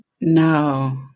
No